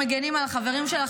למה לא רצית להשיב על החוק שלי?